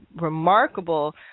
remarkable